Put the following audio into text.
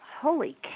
holy